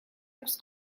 აქვს